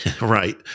Right